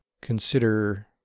consider